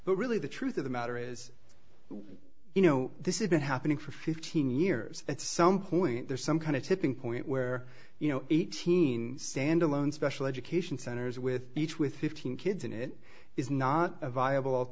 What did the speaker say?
but really the truth of the matter is you know this is been happening for fifteen years at some point there's some kind of tipping point where you know eighteen standalone special education centers with each with fifteen kids in it is not a viable